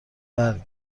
درد